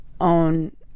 own